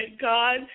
God